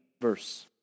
verse